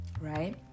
right